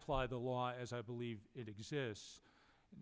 apply the law as i believe it exists